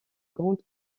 grande